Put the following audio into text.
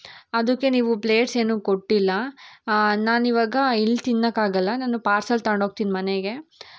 ಅದಕ್ಕೆ ನೀವು ಪ್ಲೇಟ್ಸ್ ಏನೂ ಕೊಟ್ಟಿಲ್ಲ ನಾನು ಇವಾಗ ಇಲ್ಲಿ ತಿನ್ನೋಕ್ ಆಗಲ್ಲ ನಾನು ಪಾರ್ಸೆಲ್ ತಗೊಂಡು ಹೋಗ್ತೀನಿ ಮನೆಗೆ